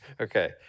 Okay